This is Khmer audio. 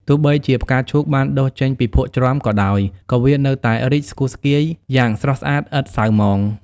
ទោះបីជាផ្កាឈូកបានដុះចេញពីភក់ជ្រាំក៏ដោយ ក៏វានៅតែរីកស្គុះស្គាយយ៉ាងស្រស់ស្អាតឥតសៅហ្មង។